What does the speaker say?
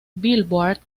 billboard